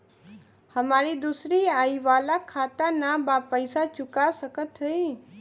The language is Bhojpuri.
हमारी दूसरी आई वाला खाता ना बा पैसा चुका सकत हई?